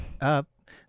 up